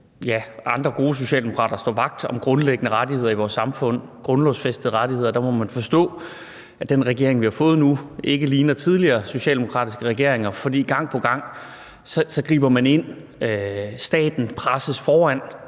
Andre gode socialdemokrater står vagt om grundlæggende rettigheder i vores samfund, grundlovsfæstede rettigheder, men der må man forstå, at den regering, vi har fået nu, ikke ligner tidligere socialdemokratiske regeringer, for gang på gang griber man ind. Staten presses foran